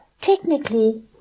technically